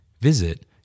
Visit